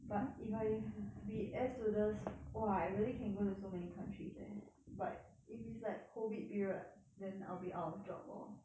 but if I be air stewardess !wah! I really can go to so many countries eh but if it's like COVID period then I'll be out of job lor